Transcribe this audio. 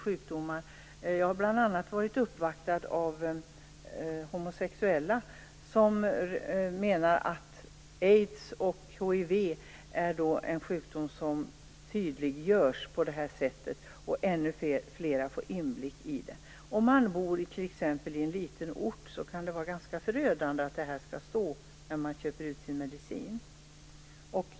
Jag har bl.a. varit uppvaktad av homosexuella som menar att aids och hiv är sjukdomar som kan tydliggöras på detta sätt genom att ännu fler får inblick. Om man t.ex. bor på en liten ort kan det vara förödande om sjukdomen skall stå när man köper ut sin medicin.